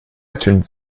ertönt